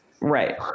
Right